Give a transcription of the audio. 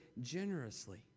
generously